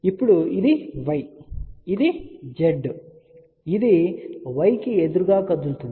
ఇప్పుడు ఇది y ఇది z ఇది y కి ఎదురుగా కదులుతుంది